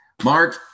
Mark